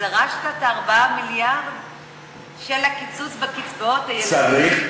של הקיצוץ בקצבאות ילדים כדי שיגיע לרווחה?